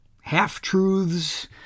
half-truths